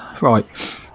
right